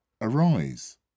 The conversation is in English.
Arise